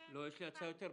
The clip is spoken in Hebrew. לא, יש לי הצעה יותר פרקטית,